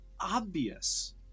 obvious